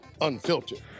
Unfiltered